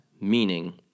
meaning